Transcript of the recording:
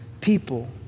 people